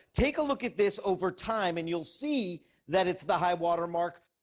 take a look at this over time, and you'll see that it's the high water mark.